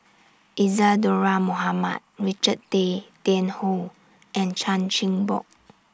Isadhora Mohamed Richard Tay Tian Hoe and Chan Chin Bock